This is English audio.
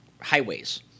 highways